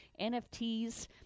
NFTs